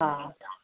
ആ